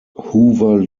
hoover